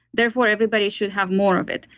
therefore everybody should have more of it.